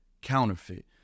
Counterfeit